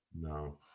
no